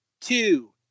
two